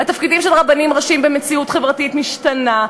התפקידים של רבנים ראשיים במציאות חברתית משתנה,